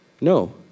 No